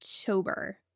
october